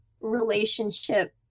relationship